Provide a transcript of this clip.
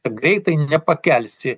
greitai nepakelsi